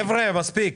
חבר'ה, מספיק.